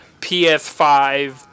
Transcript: PS5